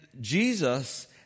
Jesus